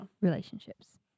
relationships